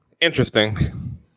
interesting